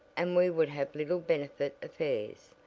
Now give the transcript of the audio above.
and we would have little benefit affairs,